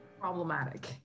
problematic